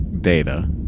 Data